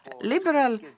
liberal